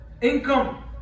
income